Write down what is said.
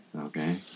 Okay